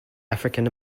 african